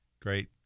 great